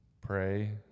Pray